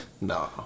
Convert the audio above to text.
no